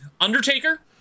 Undertaker